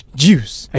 juice